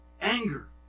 Anger